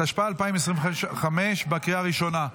התשפ"ה 2025, בקריאה ראשונה.